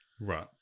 right